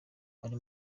ari